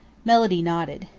melody nodded.